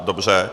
Dobře.